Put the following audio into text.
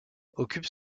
occupe